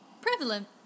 prevalent